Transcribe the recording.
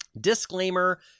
Disclaimer